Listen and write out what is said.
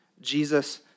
Jesus